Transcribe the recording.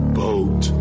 boat